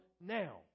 now